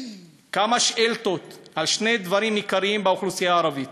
כמה שאילתות על שני דברים עיקריים באוכלוסייה הערבית: